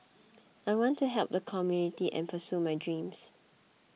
I want to help the community and pursue my dreams